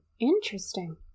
Interesting